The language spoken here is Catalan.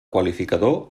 qualificador